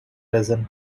resin